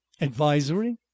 Advisory